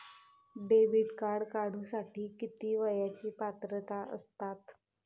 Debit card काढूसाठी किती वयाची पात्रता असतात?